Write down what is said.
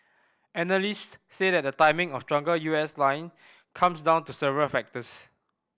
analysts say that the timing of stronger U S line comes down to several factors